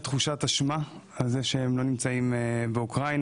תחושת אשמה על זה שהם לא נמצאים באוקראינה,